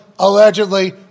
Allegedly